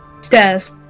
stairs